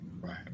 Right